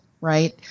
right